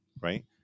right